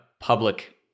public